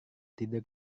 tidur